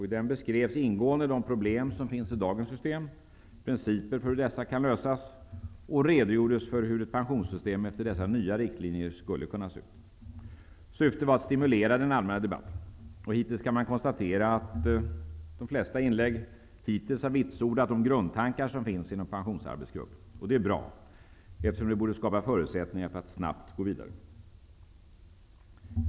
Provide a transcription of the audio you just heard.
I den beskrevs ingående de problem som finns i dagens system samt principerna för hur dessa kan lösas och redogjordes för hur ett pensionssystem efter dessa nya riktlinjer skulle kunna se ut. Syftet var att stimulera den allmänna debatten. Hittills kan man konstatera att de flesta inlägg har vitsordat de grundtankar som finns inom pensionsarbetsgruppen. Det är bra, eftersom det borde skapa förutsättningar för att snabbt gå vidare.